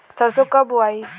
सरसो कब बोआई?